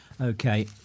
okay